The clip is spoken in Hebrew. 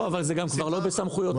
אבל גם זה כבר לא בסמכויותיו.